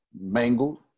mangled